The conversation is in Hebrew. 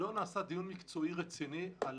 ולטעמי לא נעשה דיון מקצועי רציני על